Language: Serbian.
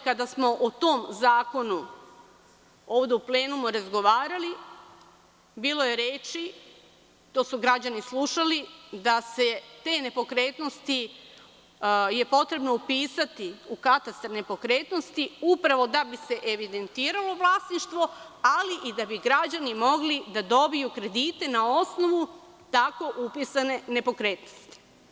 Kada smo o tom zakonu ovde u plenumu razgovarali, bilo je reči, to su građani slušali, da je te nepokretnosti potrebno upisati u Katastar nepokretnosti, upravo da bi se evidentiralo vlasništvo, ali i da bi građani mogli da dobiju kredite na osnovu tako upisane nepokretnosti.